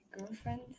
girlfriend